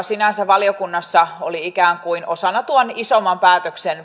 sinänsä valiokunnassa ikään kuin vain jälkitoimia osana tuolle isommalle päätökselle